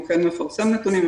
והוא כן מפרסם נתונים,